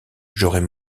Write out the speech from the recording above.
j’aurais